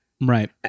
right